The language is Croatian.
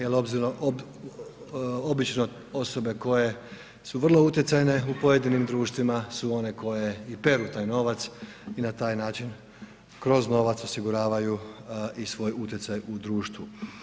Jer obično osobe koje su vrlo utjecajne u pojedinim društvima su one koje i peru taj novac i na taj način kroz novac osiguravaju i svoj utjecaj u društvu.